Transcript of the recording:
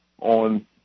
on